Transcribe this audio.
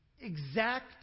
exact